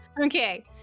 Okay